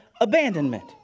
abandonment